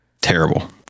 terrible